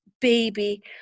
baby